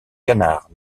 canard